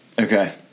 Okay